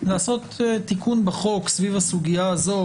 לעשות תיקון בחוק סביב הסוגיה הזאת,